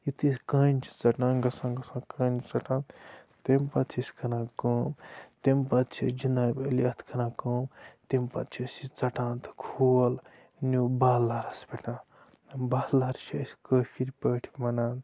یُتھُے أسۍ کانہِ چھِ ژٹان گژھان گژھان کانہِ ژَٹان تمہِ پَتہٕ چھِ أسۍ کَران کٲم تمہِ پَتہٕ چھِ أسۍ جناب اعلی اَتھ کَران کٲم تمہِ پَتہٕ چھِ أسۍ یہِ ژَٹان تہٕ کھول نیوٗ بہلَرَس پٮ۪ٹھ بَہلَر چھِ أسۍ کٲشِرۍ پٲٹھۍ وَنان